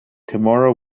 tamura